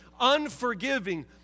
unforgiving